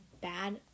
bad